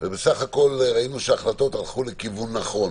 בסך הכול ראינו שההחלטות הלכו לכיוון נכון,